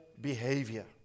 behavior